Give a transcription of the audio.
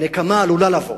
והנקמה עלולה לבוא,